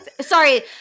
sorry